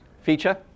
Feature